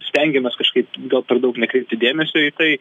stengiamės kažkaip gal per daug nekreipti dėmesio į tai